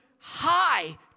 high